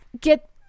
get